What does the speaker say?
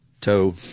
Toe